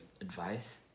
advice